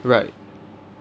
right